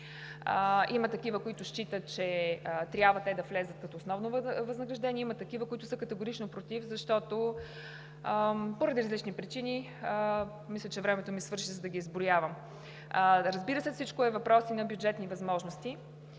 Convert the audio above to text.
Има такива, които считат, че те трябва да влязат като основно възнаграждение, има и такива, които са категорично против, защото поради различни причини – мисля, че времето ми свърши, за да ги изброявам. Разбира се, всичко е въпрос и на бюджетни възможности.